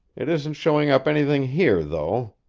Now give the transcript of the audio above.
it isn't showing up anything here, though.